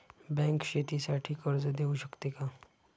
Bank शेतीसाठी कर्ज देऊ शकते का?